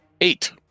Eight